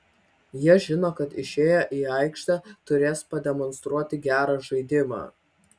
jie žino kad išėję į aikštę turės pademonstruoti gerą žaidimą